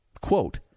Quote